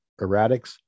erratics